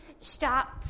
stop